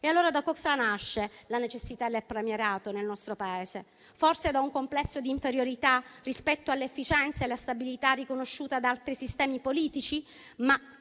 E allora da cosa nasce la necessità del premierato nel nostro Paese? Forse da un complesso di inferiorità rispetto all'efficienza e alla stabilità riconosciuta ad altri sistemi politici?